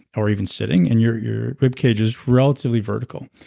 or even sitting and your your ribcage is relatively vertical.